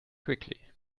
quickly